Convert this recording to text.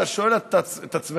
אתה שואל את עצמך